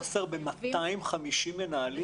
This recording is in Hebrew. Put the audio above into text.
חוסר ב-250 מנהלים?